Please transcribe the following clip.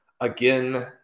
again